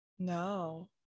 no